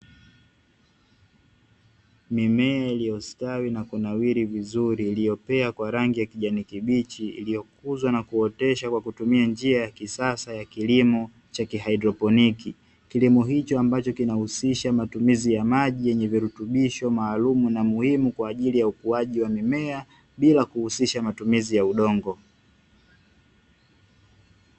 Mimea iliyostawi na kunawiri vizuri, iliyopea kwa rangi ya kijani kibichi. Iliyokuzwa na kuoteshwa kwa kutumia njia ya kisasa ya kilimo cha kisasa cha ki-hydoponic. Kilimo hicho ambacho kinahusisha matumizi ya maji yenye virutubisho maalumu na muhimu kwa ajili ya ukuaji wa mimea bila kuhusisha matumizi ya udongo.